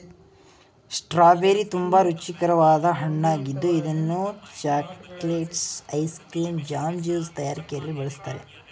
strawberry ತುಂಬಾ ರುಚಿಕರವಾದ ಹಣ್ಣಾಗಿದ್ದು ಇದನ್ನು chocolates, ice cream, jam, juice ತಯಾರಿಕೆಯಲ್ಲಿ ಬಳ್ಸತ್ತರೆ